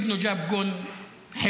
לא נגעו בהם.